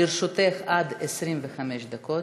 לרשותך עד 25 דקות.